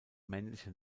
männliche